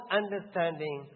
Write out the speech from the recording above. understanding